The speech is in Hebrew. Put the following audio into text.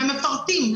והם מפרטים.